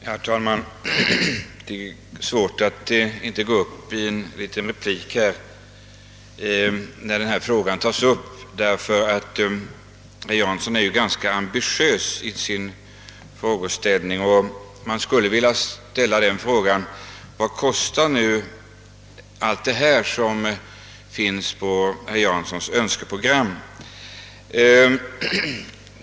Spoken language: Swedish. Herr talman! Det är svårt att inte gå upp i en liten replik när denna fråga behandlas. Herr Jansson är ju ganska ambitiös och jag skulle vilja fråga honom: Vad kostar allt detta som finns i herr Janssons önskeprogram?